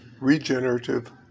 regenerative